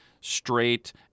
straight